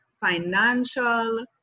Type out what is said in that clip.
financial